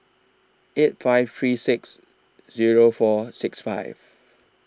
eight five three six Zero four six five